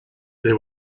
there